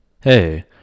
Hey